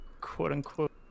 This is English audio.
quote-unquote